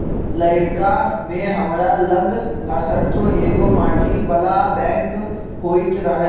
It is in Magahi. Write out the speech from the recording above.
लइरका में हमरा लग हरशठ्ठो एगो माटी बला बैंक होइत रहइ